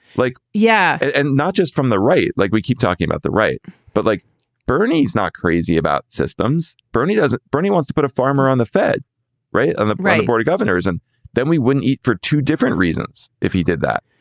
like. yeah. and not just from the right. like we keep talking about the right but like bernie is not crazy about systems. bernie, does bernie want to put a farmer on the fed on the board of governors and then we wouldn't eat for two different reasons. if he did that.